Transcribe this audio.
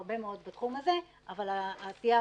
דרך שבפירוש יהיה מנגנון שבו אנחנו נדרוש חלק ממנגנוני העצירה